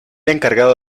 encargado